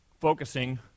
focusing